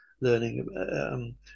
learning